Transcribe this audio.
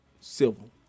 civil